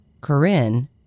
Corinne